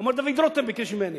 הוא אומר, דוד רותם ביקש ממני.